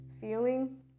Feeling